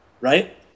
Right